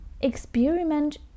experiment